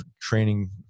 training